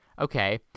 Okay